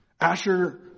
Asher